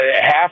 half